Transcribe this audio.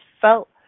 felt